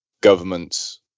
governments